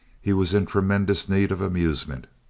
he was in tremendous need of amusement.